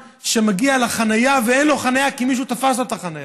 שמגיע לחניה ואין לו חניה כי מישהו תפס לו את החניה,